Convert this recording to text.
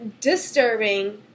disturbing